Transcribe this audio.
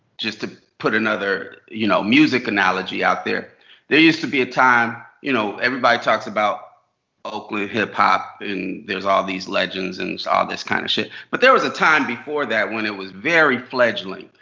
just to put another you know music analogy out there there used to be a time, you know, everybody talks about oakland hip-hop, and there's all these legends and all this kind of shit, but there was a time before that, when it was very fledgling.